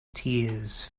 tears